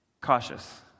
Cautious